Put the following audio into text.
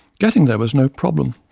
getting there was no problem,